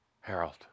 Harold